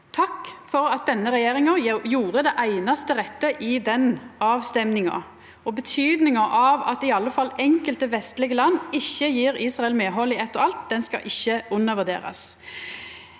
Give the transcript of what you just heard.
Takk for at denne regjeringa gjorde det einaste rette i den avstemminga. Betydninga av at i alle fall enkelte vestlege land ikkje gjev Israel medhald i eitt og alt, skal ikkje undervurderast.